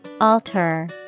Alter